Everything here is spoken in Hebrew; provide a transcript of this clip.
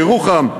ירוחם.